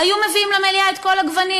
היו מביאים למליאה את כל הגוונים,